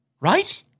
Right